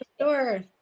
Sure